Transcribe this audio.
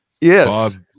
Yes